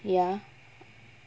ya